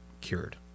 cured